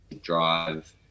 drive